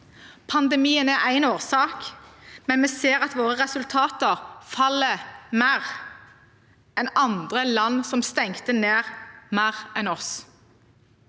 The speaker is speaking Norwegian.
Pandemien er én årsak, men vi ser at våre resultater faller mer enn i andre land som stengte ned mer enn oss.